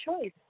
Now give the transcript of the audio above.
choice